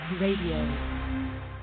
Radio